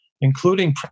including